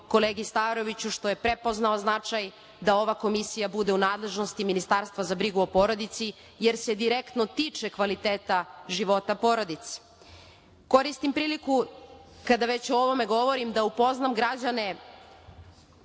kolegi Staroviću što je prepoznao značaj da ova komisija bude u nadležnosti Ministarstva za brigu o porodici, jer se direktno tiče kvaliteta života porodice. Koristim priliku kada već o ovome govorim, da upoznam građane